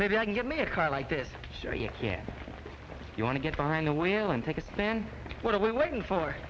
maybe i can give me a car like this are you here you want to get behind the wheel and take a stand what are we waiting for